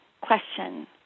question